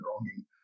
wronging